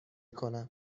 کنم